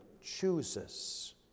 chooses